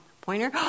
Pointer